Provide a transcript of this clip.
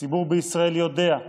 הציבור בישראל יודע,